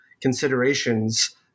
considerations